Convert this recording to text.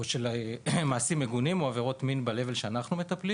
או של מעשים מגונים, או עבירות ברמה שאנחנו מטפלים